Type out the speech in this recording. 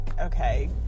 okay